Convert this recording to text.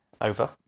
Over